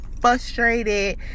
frustrated